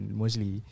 mostly